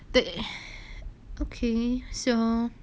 对 okay so